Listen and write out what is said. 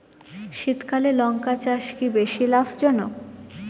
শীতকালে লঙ্কা চাষ কি বেশী লাভজনক?